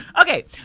Okay